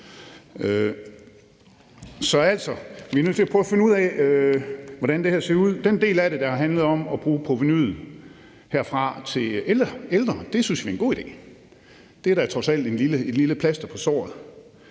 er altså nødt til at prøve at finde ud af, hvordan det her ser ud. Den del af det, der handler om at bruge provenuet herfra til ældre, synes vi er en god idé. Det er da trods alt et lille plaster på såret,